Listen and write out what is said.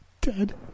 Dead